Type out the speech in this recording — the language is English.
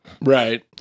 Right